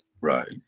Right